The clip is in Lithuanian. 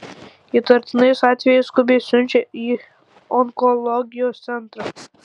įtartinais atvejais skubiai siunčia į onkologijos centrą